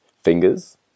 fingers